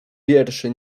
wierszy